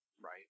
right